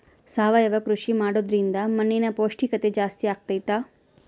ಸಾವಯವ ಕೃಷಿ ಮಾಡೋದ್ರಿಂದ ಮಣ್ಣಿನ ಪೌಷ್ಠಿಕತೆ ಜಾಸ್ತಿ ಆಗ್ತೈತಾ?